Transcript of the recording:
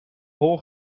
hol